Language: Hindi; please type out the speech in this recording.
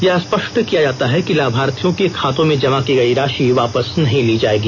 यह स्पष्ट किया जाता है कि लाभार्थियों के खातों में जमा की गई राशि वापस नहीं ली जायेगी